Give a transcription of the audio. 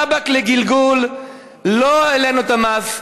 על טבק לגלגול לא העלינו את המס,